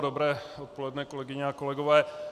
Dobré odpoledne, kolegyně a kolegové.